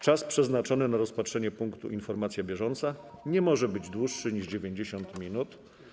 Czas przeznaczony na rozpatrzenie punktu: Informacja bieżąca nie może być dłuższy niż 90 minut.